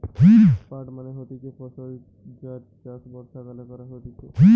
পাট মানে হতিছে ফসল যার চাষ বর্ষাকালে করা হতিছে